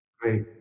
Great